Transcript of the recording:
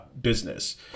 business